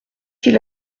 qu’il